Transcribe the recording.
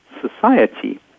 society